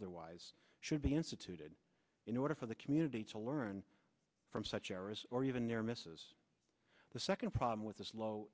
otherwise should be instituted in order for the community to learn from such errors or even near misses the second problem with this low